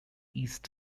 east